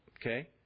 Okay